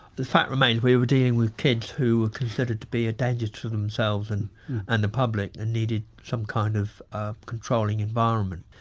the fact remains we were dealing with kids who were considered to be a danger to themselves and and the public and needed some kind of ah controlling environment.